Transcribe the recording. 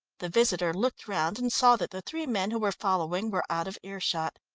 the visitor looked round and saw that the three men who were following were out of ear shot.